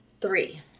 three